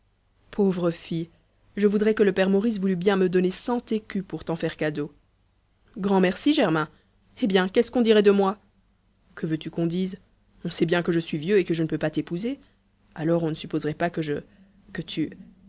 pauvre fille je voudrais que le père maurice voulût bien me donner cent écus pour t'en faire cadeau grand merci germain eh bien qu'est-ce qu'on dirait de moi que veux-tu qu'on dise on sait bien que je suis vieux et que je ne peux pas t'épouser alors on ne supposerait pas que je